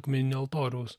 akmeninio altoriaus